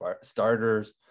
starters